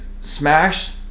smash